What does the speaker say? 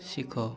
ଶିଖ